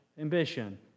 ambition